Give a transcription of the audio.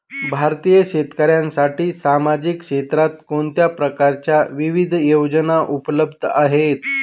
भारतीय शेतकऱ्यांसाठी सामाजिक क्षेत्रात कोणत्या प्रकारच्या विविध योजना उपलब्ध आहेत?